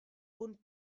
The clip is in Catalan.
punt